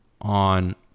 on